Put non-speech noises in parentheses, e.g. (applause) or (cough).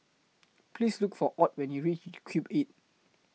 Please Look For Ott when YOU REACH (noise) Cube eight